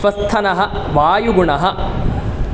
श्वस्थनः वायुगुणः